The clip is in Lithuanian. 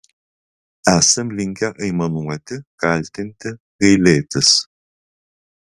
esam linkę aimanuoti kaltinti gailėtis